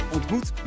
Ontmoet